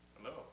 Hello